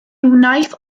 wnaiff